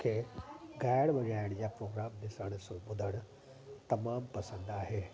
मूंखे ॻाइण वॼाइण जा प्रोग्राम डिसणु सु ॿुधणु तमामु पसंदि आहे